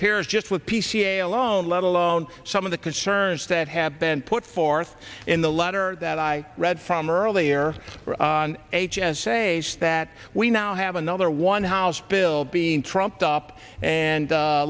appears just with p c a alone let alone some of the concerns that have been put forth in the letter that i read from earlier on h s a is that we now have another one house bill being trumped up and